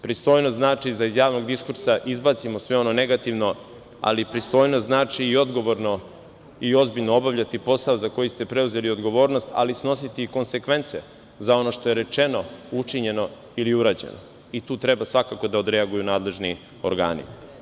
Pristojnost znači da iz javnog diskursa izbacimo sve ono negativno, ali pristojnost znači i odgovorno i ozbiljno obavljati posao za koji ste preuzeli odgovornost, ali snositi i konsekvence za ono što je rečeno, učinjeno ili urađeno i tu treba svakako da odreaguju nadležni organi.